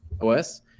OS